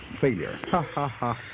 failure